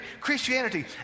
Christianity